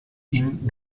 ihm